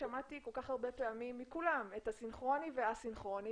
שמעתי כמעט מכולם את המונחים סנכרוני וא-סנכרוני.